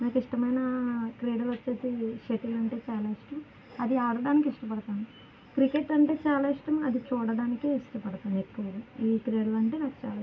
నాకు ఇష్టమైన క్రీడలు వచ్చేసి షటిల్ అంటే చాలా ఇష్టం అది ఆడటానికి ఇష్టపడతాను క్రికెట్ అంటే చాలా ఇష్టం అది చూడటానికే ఇష్టపడతాను ఎక్కువగా ఈ క్రీడలు అంటే నాకు చాలా ఇష్టం